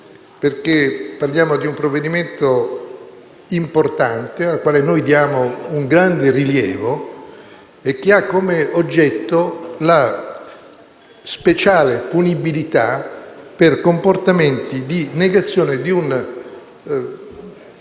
perché parliamo di un provvedimento importante al quale diamo molto rilievo e che ha come oggetto la speciale punibilità per comportamenti di negazione di un